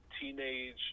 teenage